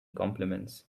compliments